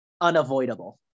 unavoidable